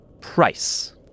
price